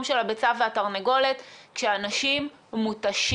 של הביצה והתרנגולת כשאנשים מותשים.